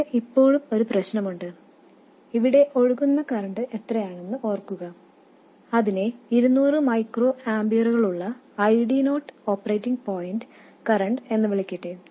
ഇതിന് ഇപ്പോഴും ഒരു പ്രശ്നമുണ്ട് ഇവിടെ ഒഴുകുന്ന കറൻറ് എത്രയാണെന്ന് ഓർക്കുക അതിനെ 200 മൈക്രോ ആമ്പിയറുകളുള്ള ID0 ഓപ്പറേറ്റിംഗ് പോയിന്റ് കറന്റ് എന്ന് വിളിക്കട്ടെ